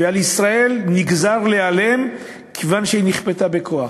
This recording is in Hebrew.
ועל ישראל נגזר להיעלם, כיוון שהיא נכפתה בכוח.